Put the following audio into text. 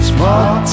Smart